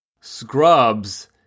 scrubs